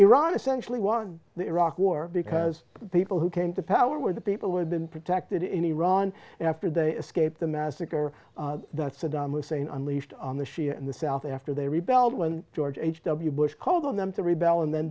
iran essentially won the iraq war because the people who came to power were the people who had been protected in iran after they escaped the massacre that saddam hussein unleashed on the shia in the south after they rebelled when george h w bush called on them to rebel and then